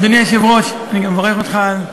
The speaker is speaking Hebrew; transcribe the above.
אדוני היושב-ראש, אני גם מברך אותך על הפעם